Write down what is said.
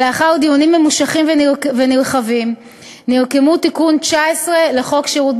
ולאחר דיונים ממושכים ונרחבים נרקמו תיקון 19 לחוק שירות